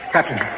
Captain